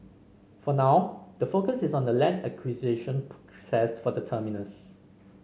for now the focus is on the land acquisition process for the terminus